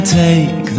take